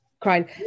crying